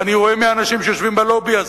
ואני רואה מי האנשים שיושבים בלובי הזה,